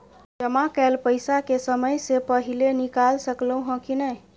जमा कैल पैसा के समय से पहिले निकाल सकलौं ह की नय?